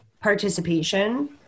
participation